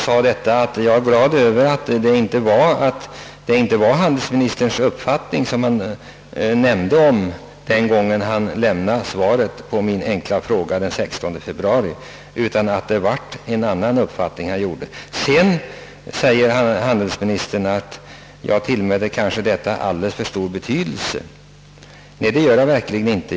Vidare har jag framhållit att jag är glad över att det inte var handelsministerns verkliga uppfattning som kom till uttryck vid besvarandet av min fråga den 16 februari utan att han trots uttryckssättet kom till en mera realistisk bedömning av problemställningen. Handelsministern säger att jag tillmäter den aktuella åtgärden alldeles för stor betydelse. Men det gör jag verkligen inte.